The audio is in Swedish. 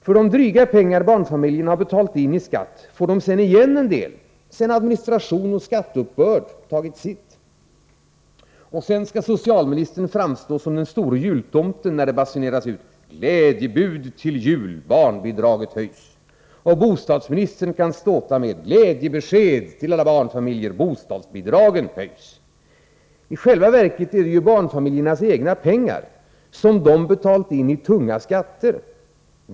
Av de dryga pengar barnfamiljerna har betalat in i skatt får de igen en del sedan administration och skatteuppbörd tagit sitt. Sedan skall socialministern framstå som den stora jultomten när det basuneras ut: ”Glädjebud till jul, barnbidraget höjs.” Och bostadsministern kan ståta med: ”Glädjebesked till alla barnfamiljer, bostadsbidragen höjs.” I själva verket handlar det om barnfamiljernas egna pengar, som de har betalat in i tunga skatter.